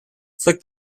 flick